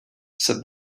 said